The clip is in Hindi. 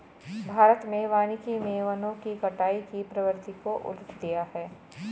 भारत में वानिकी मे वनों की कटाई की प्रवृत्ति को उलट दिया है